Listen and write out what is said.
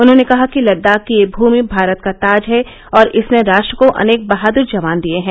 उन्होंने कहा कि लददाख की यह भूमि भारत का ताज है और इसने राष्ट्र को अनेक बहादुर जवान दिये हैं